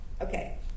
Okay